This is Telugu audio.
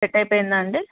సెట్ అయిపోయిందాండి